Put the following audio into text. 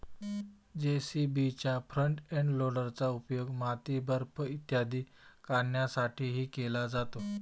जे.सी.बीच्या front end लोडरचा उपयोग माती, बर्फ इत्यादी काढण्यासाठीही केला जातो